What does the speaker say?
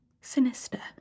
sinister